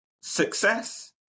Success